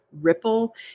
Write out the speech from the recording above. ripple